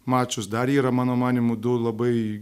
mačus dar yra mano manymu du labai